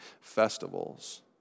festivals